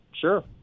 Sure